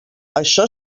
això